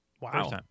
Wow